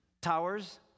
Towers